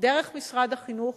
דרך משרד החינוך